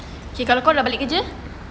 K kalau kau dah balik kerja